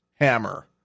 hammer